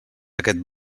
aquest